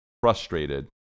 frustrated